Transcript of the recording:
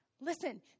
Listen